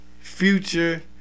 Future